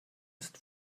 ist